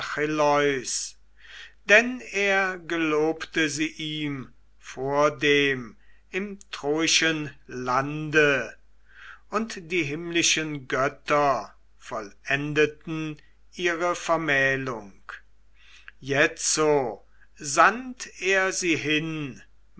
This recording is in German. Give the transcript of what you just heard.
denn er gelobte sie ihm vordem im troischen lande und die himmlischen götter vollendeten ihre vermählung jetzo sandt er sie hin